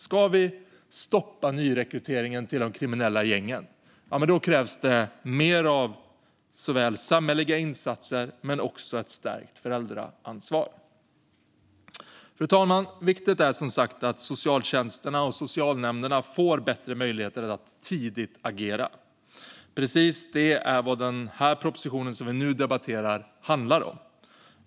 Om vi ska stoppa nyrekryteringen till de kriminella gängen krävs fler samhälleliga insatser men också ett stärkt föräldraansvar. Fru talman! Det är som sagt viktigt att socialtjänsterna och socialnämnderna får bättre möjligheter att agera tidigt. Det är precis vad den proposition som vi nu debatterar handlar om.